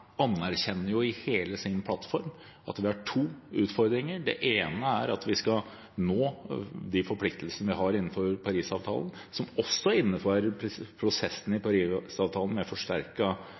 i hele sin plattform at det er to utfordringer. Den ene er at vi skal nå de forpliktelsene vi har innenfor Parisavtalen, som innebærer prosessen i Parisavtalen med